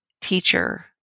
teacher